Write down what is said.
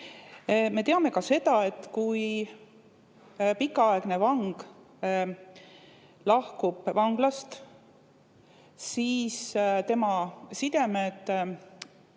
Me teame ka seda, et kui pikaaegne vang lahkub vanglast, siis tema sidemed